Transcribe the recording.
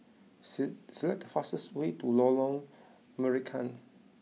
select the fastest way to Lorong Marican